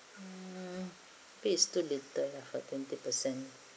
mm maybe is too little for twenty percent